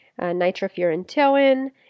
nitrofurantoin